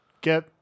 get